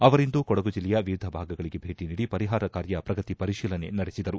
ಅವರಿಂದು ಕೊಡಗು ಜಿಲ್ಲೆಯ ವಿವಿಧ ಭಾಗಗಳಿಗೆ ಭೇಟಿ ನೀಡಿ ಪರಿಹಾರ ಕಾರ್ಯ ಪ್ರಗತಿ ಪರಿಶೀಲನೆ ನಡೆಸಿದರು